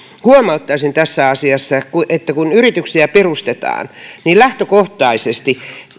huomauttaisin tässä asiassa että kun yrityksiä perustetaan niin lähtökohtaisesti